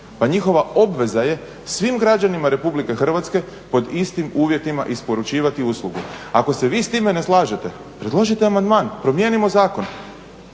Pa njihova obveza je svim građanima Republike Hrvatske pod istim uvjetima isporučivati uslugu. Ako se vi s time ne slažete predložite amandman, promijenimo zakon,